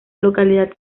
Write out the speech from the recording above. localidad